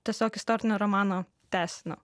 tiesiog istorinio romano tęsinio